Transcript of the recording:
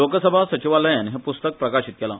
लोकसभा सचिवालयान हे पुस्तक प्रकाशित केला